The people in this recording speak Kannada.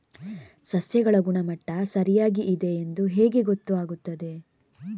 ಸಸ್ಯಗಳ ಗುಣಮಟ್ಟ ಸರಿಯಾಗಿ ಇದೆ ಎಂದು ಹೇಗೆ ಗೊತ್ತು ಆಗುತ್ತದೆ?